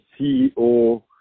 CEO